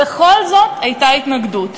בכל זאת הייתה התנגדות?